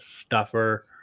stuffer